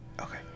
Okay